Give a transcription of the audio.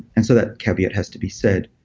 and so that caveat has to be said.